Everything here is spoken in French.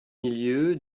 milieu